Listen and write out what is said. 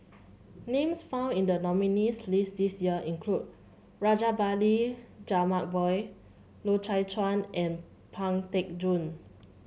names found in the nominees' list this year include Rajabali Jumabhoy Loy Chye Chuan and Pang Teck Joon